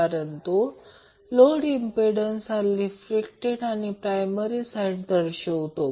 कारण तो load impedance हा रिफ्लेक्टेड आणि प्रायमरी साईड दर्शवतो